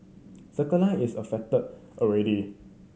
Circle Line is affected already